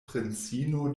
princino